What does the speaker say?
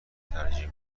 ترجیح